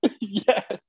yes